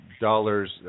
dollars